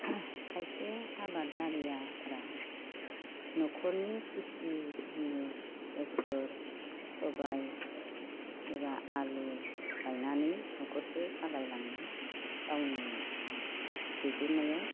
खायसे आबादारिफ्रा न'खरनि खेथि बेसर सबाय एबा आलु गायनानै न'खरखो सालायलाङो गावनि दैदेननायाव